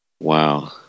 Wow